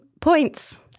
points